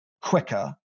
quicker